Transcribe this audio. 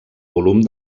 volum